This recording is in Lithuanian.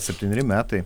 septyneri metai